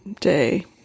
day